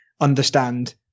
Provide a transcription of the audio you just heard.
understand